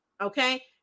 okay